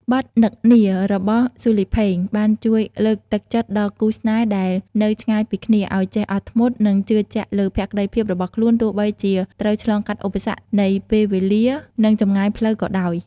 បទ "នឹកនា" របស់ស៊ូលី ផេង បានជួយលើកទឹកចិត្តដល់គូស្នេហ៍ដែលនៅឆ្ងាយពីគ្នា ឱ្យចេះអត់ធ្មត់ និងជឿជាក់លើភក្តីភាពរបស់ខ្លួន ទោះបីជាត្រូវឆ្លងកាត់ឧបសគ្គនៃពេលវេលា និងចម្ងាយផ្លូវក៏ដោយ។